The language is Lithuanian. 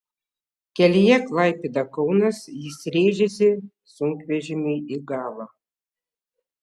kelyje klaipėda kaunas jis rėžėsi sunkvežimiui į galą